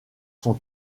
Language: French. sont